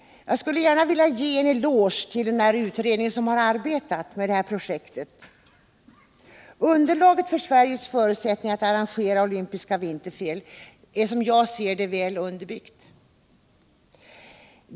Jag skulle gärna vilja ge en eloge till den utredning som arbetat med det här projektet. Förutsättningarna för Sverige att arrangera olympiska vinterspel är väl underbyggda.